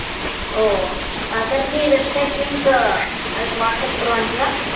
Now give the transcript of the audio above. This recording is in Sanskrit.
ओ तर्हि वेब्सैट् लिंक् वाट्सप् कुर्वन्ति वा